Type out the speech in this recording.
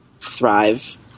thrive